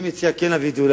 אני מציע להביא את זה,